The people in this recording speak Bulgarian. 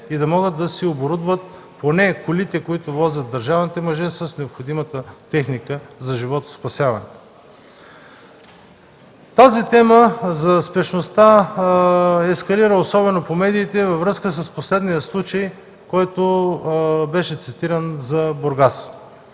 и да могат да си оборудват поне колите, които возят държавните мъже, с необходимата техника за животоспасяване. Темата за спешността ескалира особено по медиите във връзка с последния случай, който беше цитиран за Бургас.